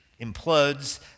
implodes